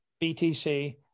BTC